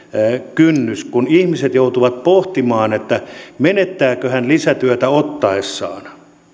kynnys kun ihminen joutuu pohtimaan menettääkö hän lisätyötä ottaessaan